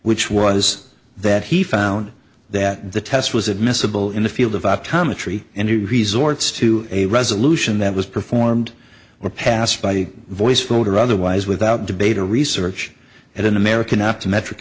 which was that he found that the test was admissible in the field of optometry and he resorts to a resolution that was performed or passed by voice filled or otherwise without debate or research at an american up to metric